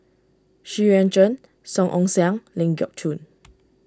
Xu Yuan Zhen Song Ong Siang Ling Geok Choon